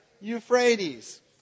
Euphrates